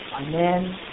Amen